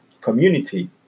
community